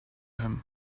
him